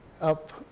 up